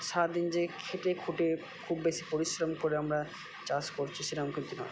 সারাদিন যে খেটে খুটে খুব বেশি পরিশ্রম করে আমরা চাষ করছি সেরম কিন্তু নয়